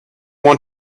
want